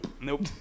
Nope